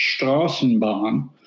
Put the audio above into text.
Straßenbahn